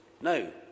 no